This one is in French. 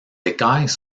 écailles